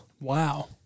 Wow